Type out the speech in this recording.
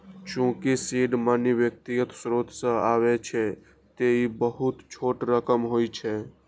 चूंकि seed money व्यक्तिगत स्रोत सं आबै छै, तें ई बहुत छोट रकम होइ छै